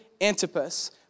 Antipas